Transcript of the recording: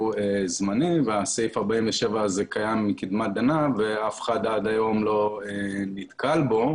זמני וסעיף 47 קיים מקדמת דנא ואף אחד עד היום לא נתקל בו.